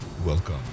Welcome